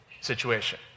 situation